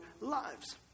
lives